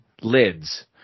lids